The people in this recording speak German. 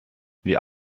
wir